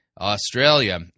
Australia